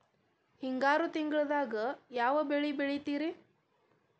ಹಿಂಗಾರು ತಿಂಗಳದಾಗ ಯಾವ ಬೆಳೆ ಬೆಳಿತಿರಿ?